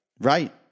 Right